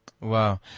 Wow